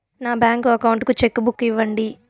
నా bank account కు cheque book ఇవ్వండి